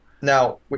Now